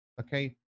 okay